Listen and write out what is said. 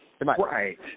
Right